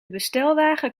bestelwagen